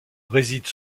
réside